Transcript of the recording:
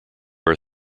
are